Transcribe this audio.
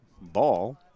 ball